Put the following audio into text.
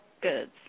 goods